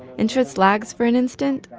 interest lags for an instant,